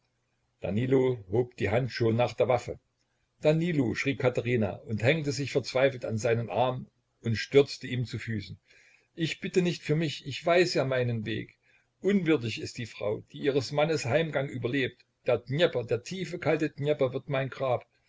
danilo hob die hand schon nach der waffe danilo schrie katherina und hängte sich verzweifelt an seinen arm und stürzte ihm zu füßen ich bitte nicht für mich ich weiß ja meinen weg unwürdig ist die frau die ihres mannes heimgang überlebt der dnjepr der tiefe kalte dnjepr wird mein grab